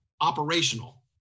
operational